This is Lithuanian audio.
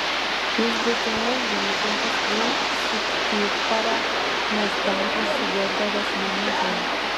jis būtinai grįšiantis į syktyvkarą nes ten užsidirbdavęs ne mažiau